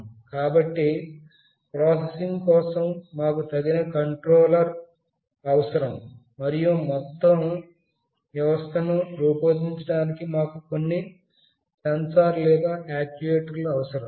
కాబట్టి ప్రాసెసింగ్ కోసం మాకు తగిన మైక్రోకంట్రోలర్ అవసరం మరియు మొత్తం వ్యవస్థను రూపొందించడానికి మాకు కొన్ని సెన్సార్లు లేదా యాక్యుయేటర్లు అవసరం